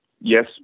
Yes